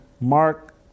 Mark